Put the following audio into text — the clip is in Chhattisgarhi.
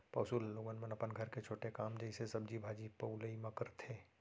पौंसुल ल लोगन मन अपन घर के छोटे काम जइसे सब्जी भाजी पउलई म करथे